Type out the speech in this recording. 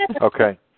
Okay